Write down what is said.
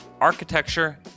architecture